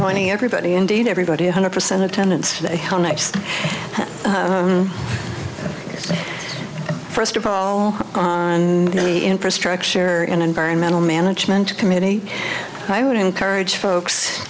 money everybody indeed everybody a hundred percent attendance next first of all and infrastructure and environmental management committee i would encourage folks